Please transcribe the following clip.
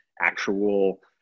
actual